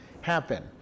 happen